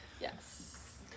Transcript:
Yes